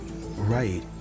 Right